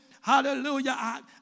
hallelujah